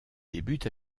débute